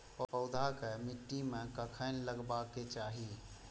पौधा के मिट्टी में कखेन लगबाके चाहि?